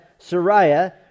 Sariah